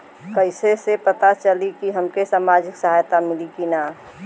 कइसे से पता चली की हमके सामाजिक सहायता मिली की ना?